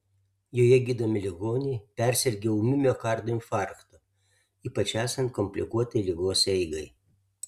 joje gydomi ligoniai persirgę ūmiu miokardo infarktu ypač esant komplikuotai ligos eigai